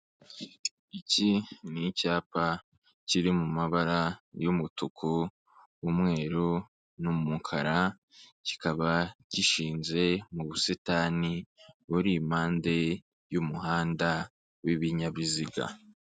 Iki ni icyapa kiri mabara y'umutuku, umweru n'umukara, kikaba gishinze mu busitani buri impande y'umuhanda w'ibinyabiziga.